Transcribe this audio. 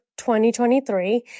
2023